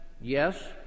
yes